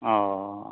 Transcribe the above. ओऽ